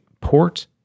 port